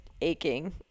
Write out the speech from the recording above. aching